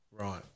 Right